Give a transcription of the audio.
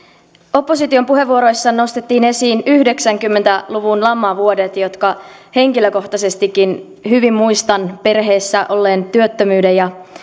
opposition puheenvuoroissa nostettiin esiin yhdeksänkymmentä luvun lamavuodet jotka henkilökohtaisestikin hyvin muistan perheessä olleen työttömyyden ja